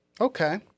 Okay